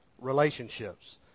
relationships